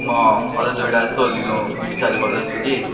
म अझ दुइवटा जस्तो लिने विचार गर्दैछु कि